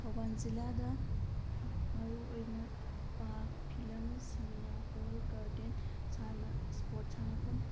ꯊꯧꯕꯥꯟ ꯖꯤꯜꯂꯥꯗ ꯃꯔꯨꯑꯣꯏꯅ park film ꯁꯤꯃꯤꯅꯥ ꯍꯣꯜ ꯒꯥꯔꯗꯦꯟ ꯏꯁꯄꯣꯔꯠ ꯁꯥꯟꯅꯐꯝ